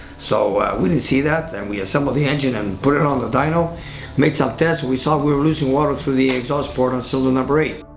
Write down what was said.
so we didn't see that and we assembled the engine and put it on the dyno made some tests we saw we were losing water through the exhaust port on cylinder number eight.